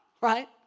right